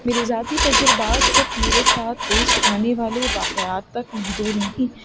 میرے ذاتی تجربات صرف میرے ساتھ پیش آنے والے واقعات تک محدود نہیں